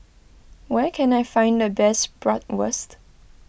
where can I find the best Bratwurst